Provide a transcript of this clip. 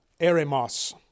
Eremos